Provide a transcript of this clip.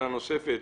מגבלות נוספות?